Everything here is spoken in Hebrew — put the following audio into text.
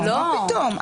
--- לא, מה פתאום.